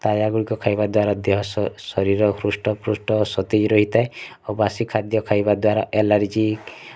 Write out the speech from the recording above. ତାଜାଗୁଡ଼ିକ ଖାଇବା ଦ୍ୱାରା ଦେହ ଶରୀର ହୃଷ୍ଟ ପୃଷ୍ଟ ସତେଜ ରହିଥାଏ ଆଉ ବାସି ଖାଦ୍ୟ ଖାଇବା ଦ୍ୱାରା ଏଲାର୍ଜିକ୍